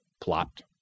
plot